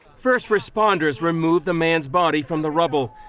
first responders removed the man's body from the rubble.